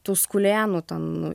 tuskulėnų ten